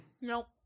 Nope